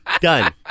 Done